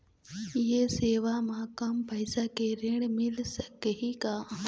ये सेवा म कम पैसा के ऋण मिल सकही का?